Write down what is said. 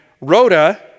Rhoda